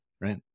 right